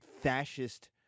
fascist